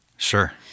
Sure